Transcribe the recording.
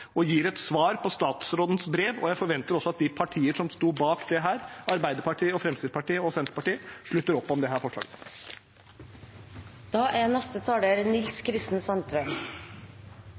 og gir et svar på statsrådens brev, og jeg forventer også at de partier som stod bak dette, Arbeiderpartiet, Fremskrittspartiet og Senterpartiet, slutter opp om dette forslaget. Arbeiderpartiet er